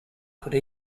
could